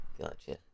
Gotcha